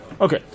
Okay